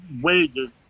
wages